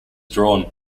drawn